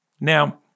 Now-